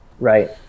Right